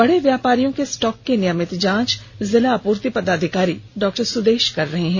बड़े व्यापारियों के स्टॉक की नियभित जाँच जिला आपूर्ति पदाधिकारी डॉ सुदेश कर रहे हैं